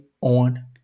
on